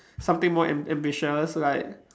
something more am~ ambitious like